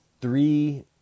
three